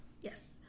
Yes